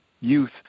youth